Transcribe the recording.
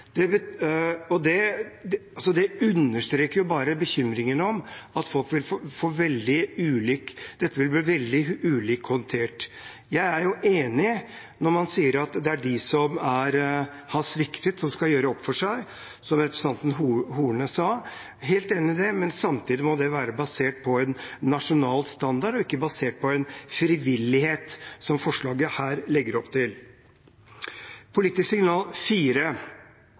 Det understreker bare bekymringen om at dette vil bli veldig ulikt håndtert. Jeg er helt enig i at det er de som har sviktet, som skal gjøre opp for seg, som representanten Horne sa. Samtidig må det være basert på en nasjonal standard, og ikke basert på en frivillighet, som dette forslaget legger opp til. For det fjerde sender regjeringspartiene og Høyre ved dette vedtaket et signal